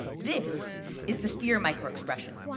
this is the fear microexpression.